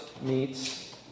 meets